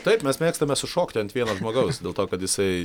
taip mes mėgstame sušokti ant vieno žmogaus dėl to kad jisai